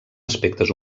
aspectes